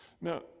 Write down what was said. Now